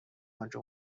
آنکه